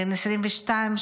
בן 22,